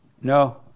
No